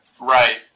Right